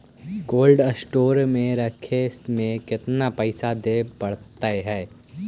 Cold store में रखे में केतना पैसा देवे पड़तै है?